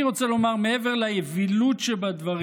אני רוצה לומר, מעבר לאווילות שבדברים,